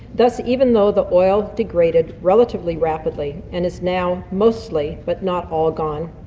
thus even though the oil degraded relatively rapidly and is now mostly but not all gone,